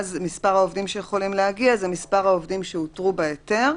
מספר העובדים שהותרו בהיתר,